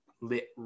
lit